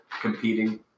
competing